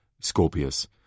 Scorpius